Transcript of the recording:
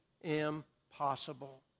impossible